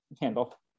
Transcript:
handle